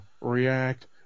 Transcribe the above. react